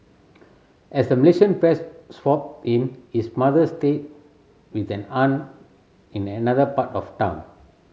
as the Malaysian press swooped in his mother stayed with an aunt in another part of town